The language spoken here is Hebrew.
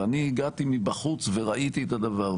ואני הגעתי מבחוץ וראיתי את הדבר.